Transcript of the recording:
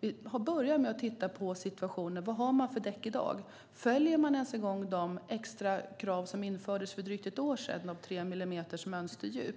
Vi har börjat med att titta på olika situationer och vad de har för däck i dag. Följer man ens de extra krav som infördes för drygt ett år sedan om tre millimeters mönsterdjup?